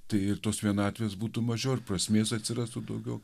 tai ir tos vienatvės būtų mažiau ir prasmės atsirastų daugiau